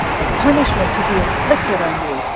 and punishment to be inflicted on you,